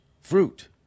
fruit